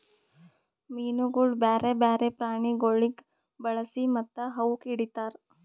ಮೀನುಗೊಳ್ ಬ್ಯಾರೆ ಬ್ಯಾರೆ ಪ್ರಾಣಿಗೊಳಿಗ್ ಬಳಸಿ ಮತ್ತ ಅವುಕ್ ಹಿಡಿತಾರ್